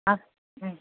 अस्